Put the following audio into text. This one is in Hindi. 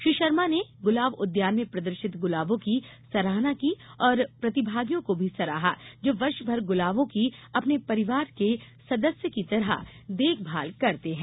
श्री शर्मा ने गुलाब उद्यान में प्रदर्शित गुलाबों की सराहना की और प्रतिभागियों को भी सराहा जो वर्ष भर गुलाबों की अपने परिवार के सदस्य की तरह देखभाल करते है